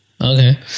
Okay